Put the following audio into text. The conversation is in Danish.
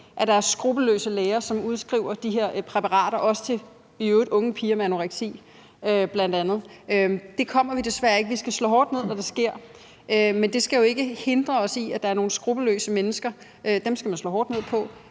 at der er skruppelløse læger, som udskriver de her præparater, også i øvrigt til unge piger med anoreksi bl.a. Det kommer vi desværre ikke til. Vi skal slå hårdt ned, når det sker. Men det skal jo ikke hindre os i, at vi sikrer en lidt mere bred model for at